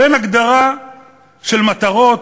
אין הגדרה של מטרות,